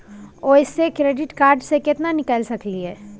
ओयसे credit card से केतना निकाल सकलियै?